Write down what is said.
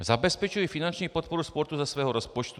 Zabezpečují finanční podporu sportu ze svého rozpočtu.